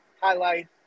highlight